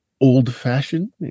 old-fashioned